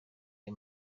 ayo